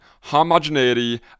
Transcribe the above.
homogeneity